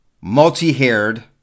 multi-haired